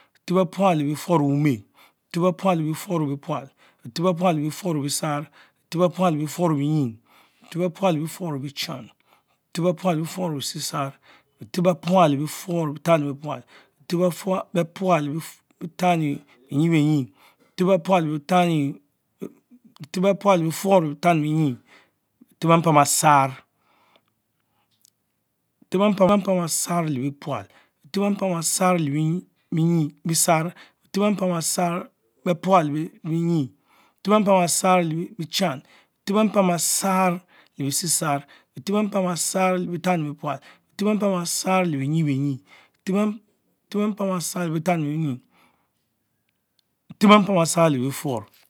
Betep bepual le befur le ome, Betep bepual le befurr le bepual, Betep bepul le befur le besarr, Betep bepual le befur le bienyi, Betep bepual le befur le becham, Betep bepural le befur le besiesarr, Betep bepual le befurrle befamibiepul, Betep bepanka be-sarr, Befep bepam bee-sawr lepepual, Befep bepam be-sam le benyie, Betep bepan be-son le bechan, Betep bepam besarr le betanubepual, Betep bepam besarr le benyiebenyie, Betep bepam besar le bentietenie, Betep bepam besar le betanibenyi, Betep bepam besarr le befurr.